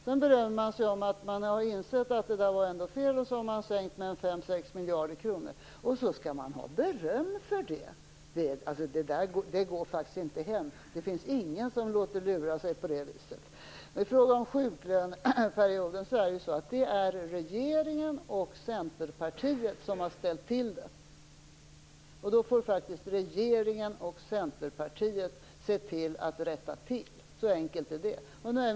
Sedan berömmer man sig av att ha insett att detta var fel, och sänker beloppet med 5-6 miljarder kronor. Sedan skall man ha beröm för detta! Det går faktiskt inte hem. Det finns ingen som låter sig luras på det sättet. I fråga om sjuklöneperioden är det regeringen och Centerpartiet som har ställt till det hela. Därför får faktiskt regeringen och Centerpartiet också se till att rätta till det. Så enkelt är det.